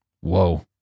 Whoa